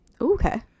Okay